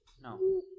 No